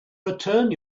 return